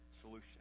solution